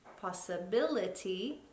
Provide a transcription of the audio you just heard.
Possibility